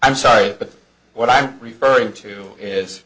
i'm sorry but what i'm referring to is